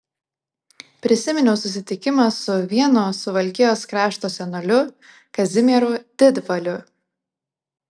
prisiminiau susitikimą su vienu suvalkijos krašto senoliu kazimieru didvaliu